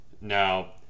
Now